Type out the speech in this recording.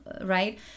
right